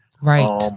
Right